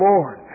Lord